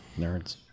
nerds